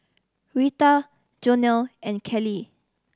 Rheta Jonell and Callie